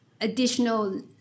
additional